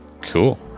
Cool